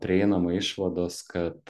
prieinama išvados kad